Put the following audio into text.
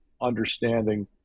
understanding